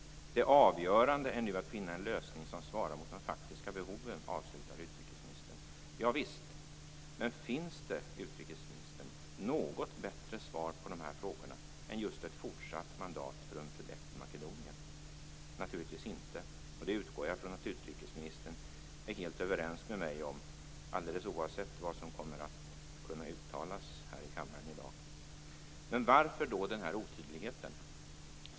"Det avgörande är nu att finna en lösning som svarar mot de faktiska behoven", avslutar utrikesministern. Ja visst. Men finns det, utrikesministern, något bättre svar på dessa frågor än just ett fortsatt mandat för Unpredep i Makedonien? Naturligtvis inte, och det utgår jag från att utrikesministern är helt överens med mig om, alldeles oavsett vad som kommer att uttalas här i kammaren i dag. Varför då denna otydlighet?